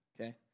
Okay